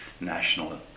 national